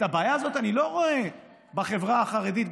את הבעיה הזאת אני לא רואה בהכרח רק בחברה החרדית.